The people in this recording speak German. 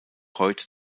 heute